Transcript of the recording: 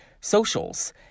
socials